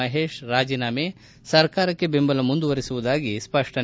ಮಹೇಶ್ ರಾಜೀನಾಮೆ ಸರ್ಕಾರಕ್ಕೆ ಬೆಂಬಲ ಮುಂದುವರೆಸುವುದಾಗಿ ಸ್ಪಷ್ಟನೆ